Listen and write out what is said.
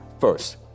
first